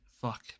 Fuck